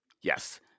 Yes